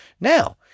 Now